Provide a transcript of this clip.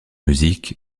music